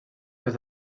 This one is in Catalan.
des